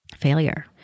failure